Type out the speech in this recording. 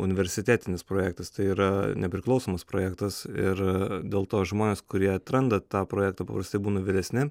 universitetinis projektas tai yra nepriklausomas projektas ir dėl to žmonės kurie atranda tą projektą paprastai būna vyresni